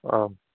ஆ